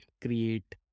create